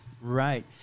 Right